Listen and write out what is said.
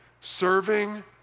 Serving